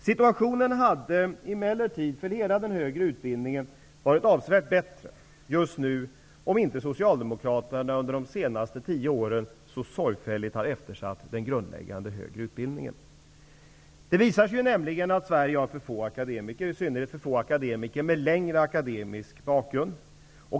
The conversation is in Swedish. Situationen hade emellertid för hela den högre utbildningen varit avsevärt bättre, om inte socialdemokraterna under de senaste tio åren så sorgfälligt eftersatt den grundläggande högre utbildningen. Det visar sig nämligen att Sverige har för få akademiker, i synnerhet för få akademiker med längre akademisk utbildning.